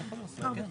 הרבה.